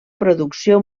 producció